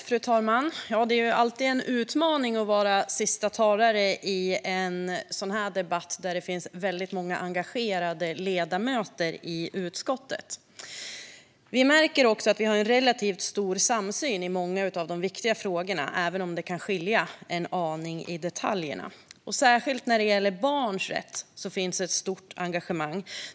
Fru talman! Det är alltid en utmaning att vara sista talare i en debatt där det finns väldigt många engagerade ledamöter i utskottet. Vi märker också att det finns en relativt stor samsyn i många av de viktiga frågorna, även om det kan skilja en aning i detaljerna. Särskilt när det gäller barns rätt finns ett stort engagemang.